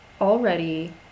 already